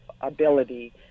ability